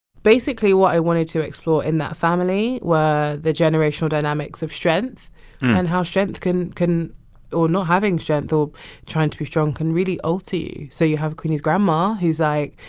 basically, what i wanted to explore in that family were the generational dynamics of strength and how strength can can or not having strength or trying to be strong can really alter you. so you have queenie's grandma, who's like,